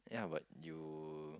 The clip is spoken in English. yeah but you